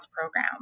program